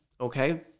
Okay